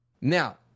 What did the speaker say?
now